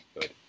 good